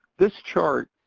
this chart